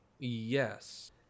Yes